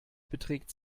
beträgt